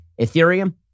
Ethereum